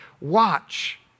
watch